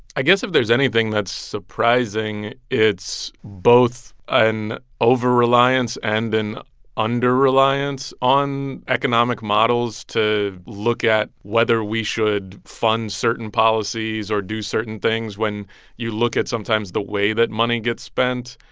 i guess if there's anything that's surprising, it's both an overreliance and an under-reliance on economic models to look at whether we should fund certain policies or do certain things when you look at, sometimes, the way that money gets spent.